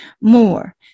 more